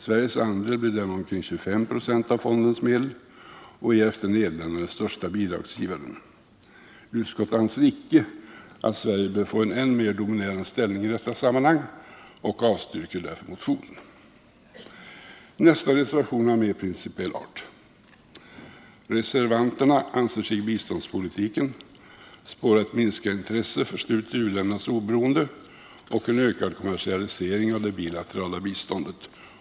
Sveriges andel blir därmed omkring 25 20 av fondens medel, och vi är efter Nederländerna den största bidragsgivaren. Utskottet anser icke att Sverige bör få en än mer dominerande ställning i detta sammanhang och avstyrker därför motionen. Nästa reservation är av mera principiell art. Reservanterna anser sig i biståndspolitiken spåra ett minskat intresse för stöd till u-ländernas oberoende och en ökad kommersialisering av det bilaterala biståndet.